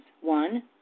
One